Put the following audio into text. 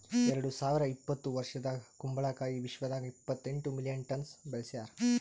ಎರಡು ಸಾವಿರ ಇಪ್ಪತ್ತು ವರ್ಷದಾಗ್ ಕುಂಬಳ ಕಾಯಿ ವಿಶ್ವದಾಗ್ ಇಪ್ಪತ್ತೆಂಟು ಮಿಲಿಯನ್ ಟನ್ಸ್ ಬೆಳಸ್ಯಾರ್